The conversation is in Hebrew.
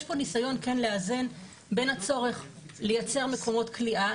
יש פה ניסיון לאזן בין הצורך לייצר מקומות כליאה,